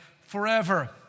forever